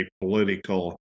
political